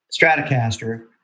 Stratocaster